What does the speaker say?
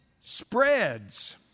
spreads